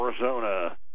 Arizona